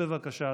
בבקשה,